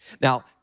Now